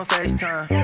FaceTime